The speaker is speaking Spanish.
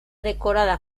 decorada